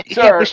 Sir